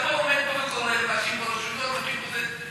אתה עומד פה וקורא ואני פשוט לא מבין.